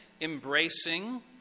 embracing